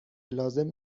لازم